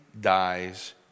dies